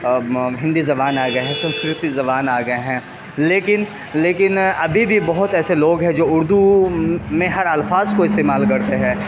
ہندی زبان آ گئے ہیں سنسکرت کی زبان آ گئے ہیں لیکن لیکن ابھی بھی بہت ایسے لوگ ہیں جو اردو میں ہر الفاظ کو استعمال کرتے ہیں